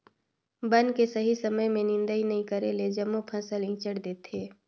बन के सही समय में निदंई नई करेले जम्मो फसल ईचंट देथे